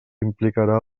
implicarà